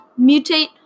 mutate